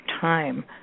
time